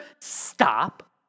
stop